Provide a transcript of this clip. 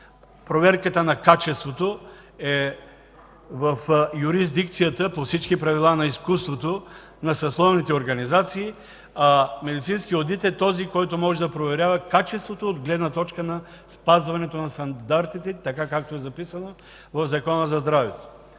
Проверката на качеството е в юрисдикцията, по всички правила на изкуството, на съсловните организации, а медицинският одит е този, който може да проверява качеството от гледна точка на спазването на стандартите, както е записано в Закона за здравето.